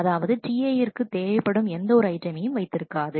அதாவது Ti விற்கு தேவைப்படும் எந்த ஒரு ஐட்டமையும் வைத்து இருக்காது